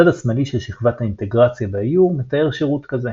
הצד השמאלי של שכבת האינטגרציה באיור מתאר שירות כזה.